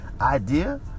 idea